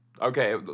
okay